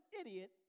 idiot